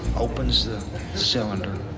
opens the cylinder,